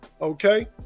okay